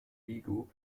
vigo